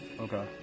Okay